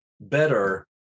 better